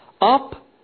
Up